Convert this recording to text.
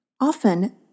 often